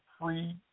free